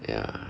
ya